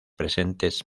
presentes